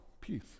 peace